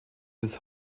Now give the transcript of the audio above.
des